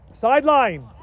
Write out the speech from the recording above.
Sideline